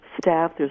staff